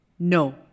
No